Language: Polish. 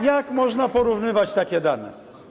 Jak można porównywać takie dane?